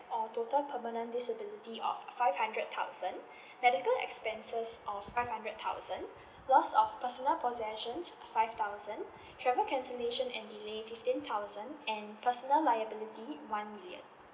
or total permanent disability of five hundred thousand medical expenses of five hundred thousand lost of personal possessions five thousand travel cancellation and delay fifteen thousand and personal liability one million